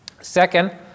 Second